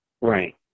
Right